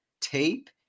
tape